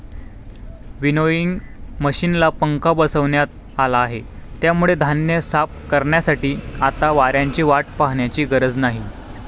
winnowing मशिनला पंखा बसवण्यात आला आहे, त्यामुळे धान्य साफ करण्यासाठी आता वाऱ्याची वाट पाहण्याची गरज नाही